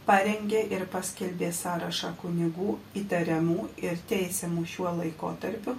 parengė ir paskelbė sąrašą kunigų įtariamų ir teisiamų šiuo laikotarpiu